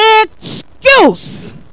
excuse